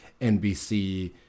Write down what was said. NBC